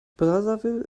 brazzaville